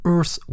Earth